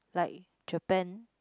like Japan